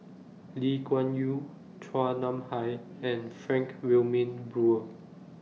Lee Kuan Yew Chua Nam Hai and Frank Wilmin Brewer